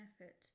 effort